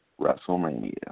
WrestleMania